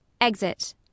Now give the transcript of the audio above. Exit